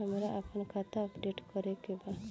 हमरा आपन खाता अपडेट करे के बा